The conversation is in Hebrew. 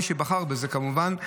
מי שבחר בזה כמובן,